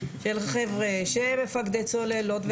אלה חבר'ה שהם מפקדי צוללות,